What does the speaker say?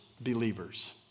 believers